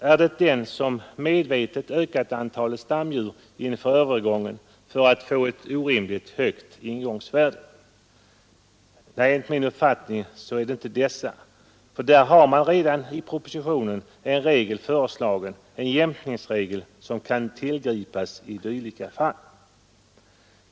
Är det den som medvetet ökat antalet stamdjur inför övergången för att få ett orimligt högt ingångsvärde? Nej, enligt min uppfattning är det inte dessa. I propositionen föreslås en jämkningsregel som kan tillgripas i dylika fall.